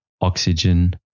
oxygen